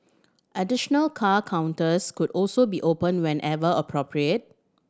additional car counters could also be opened whenever appropriate